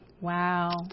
Wow